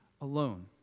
alone